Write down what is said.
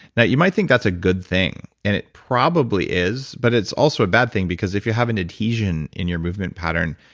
now, you might think that's a good thing, and it probably is. but it's also a bad thing because if you have an adhesion in your movement pattern,